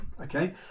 okay